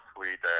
Sweet